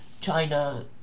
China